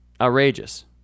Outrageous